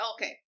Okay